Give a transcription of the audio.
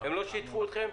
הם לא שיתפו אתכם?